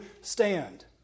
stand